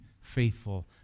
faithful